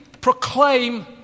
proclaim